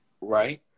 right